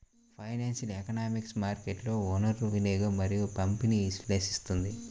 financial economics మార్కెట్లలో వనరుల వినియోగం మరియు పంపిణీని విశ్లేషిస్తుంది